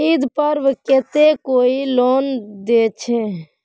ईद पर्वेर केते कोई लोन छे?